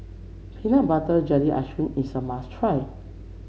Peanut Butter Jelly Ice cream is a must try